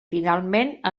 finalment